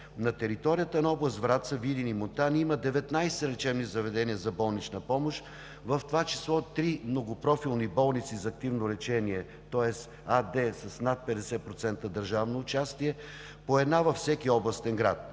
На територията на област Враца, Видин и Монтана има 19 лечебни заведения за болнична помощ, в това число: три многопрофилни болници за активно лечение, тоест АД с над 50% държавно участие – по една във всеки областен град;